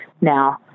now